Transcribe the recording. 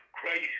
Christ